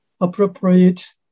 appropriate